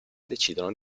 decidono